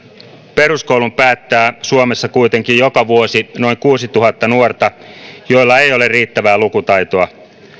peruskoulun päättää suomessa kuitenkin joka vuosi noin kuusituhatta nuorta joilla ei ole riittävää lukutaitoa